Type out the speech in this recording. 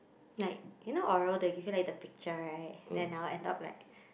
like you know oral you that give you like the picture right then now and talk like